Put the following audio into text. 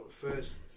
first